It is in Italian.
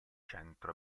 centro